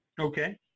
Okay